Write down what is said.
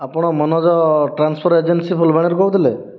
ଆପଣ Manoj transfer agency ଫୁଲବାଣୀରୁ କହୁଥିଲେ